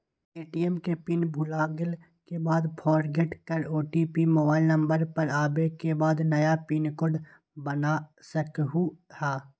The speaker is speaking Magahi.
ए.टी.एम के पिन भुलागेल के बाद फोरगेट कर ओ.टी.पी मोबाइल नंबर पर आवे के बाद नया पिन कोड बना सकलहु ह?